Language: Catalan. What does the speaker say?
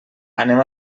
anem